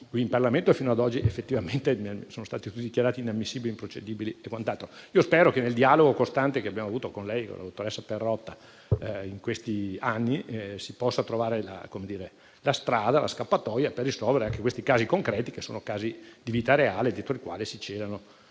qui in Parlamento e fino ad oggi, effettivamente, sono stati tutti dichiarati inammissibili, improcedibili e quant'altro. Spero che nel dialogo costante che abbiamo avuto con lei e con la dottoressa Perrotta in questi anni si possa trovare la strada e la scappatoia per risolvere questi che sono casi concreti di vita reale, dietro i quali si celano